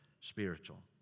spiritual